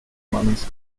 mannens